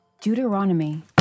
Deuteronomy